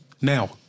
Now